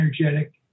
energetic